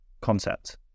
concept